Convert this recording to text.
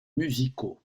musicaux